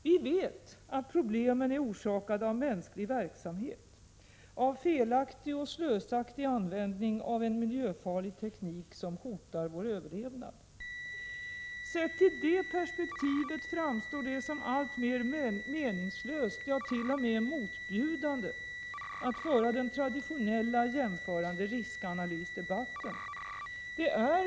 Vi vet att problemen är orsakade av mänsklig verksamhet, av felaktig och slösaktig användning av en miljöfarlig teknik, som hotar vår överlevnad. Sett i det perspektivet framstår det som alltmer meningslöst, ja, t.o.m. motbjudande, att föra den traditionella jämförande riskanalysdebatten.